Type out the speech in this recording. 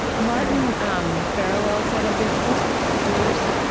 martin um farawell said of this book of yours,